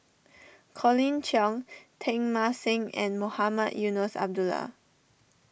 Colin Cheong Teng Mah Seng and Mohamed Eunos Abdullah